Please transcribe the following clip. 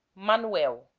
manuel